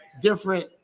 different